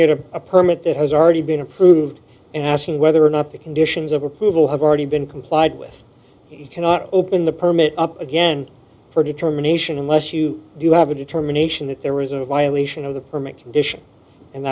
or a permit that has already been approved and asking whether or not the conditions of approval have already been complied with cannot open the permit up again for determination unless you do have a determination that there was a violation of the permit condition and